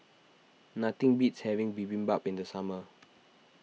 nothing beats having Bibimbap in the summer